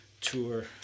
tour